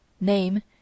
Name